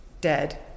dead